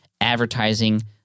advertising